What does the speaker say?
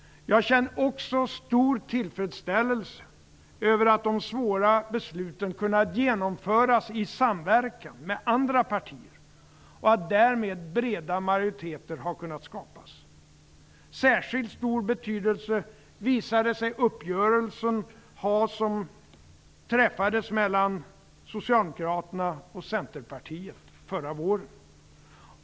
Jag känner också stor tillfredsställelse över att de svåra besluten har kunnat genomföras i samverkan med andra partier och att breda majoriteter därmed har kunnat skapas. Särskilt stor betydelse visade sig den uppgörelse ha som träffades mellan Socialdemokraterna och Centerpartiet förra våren.